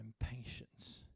impatience